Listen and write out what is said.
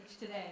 today